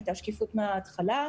הייתה שקיפות מן ההתחלה,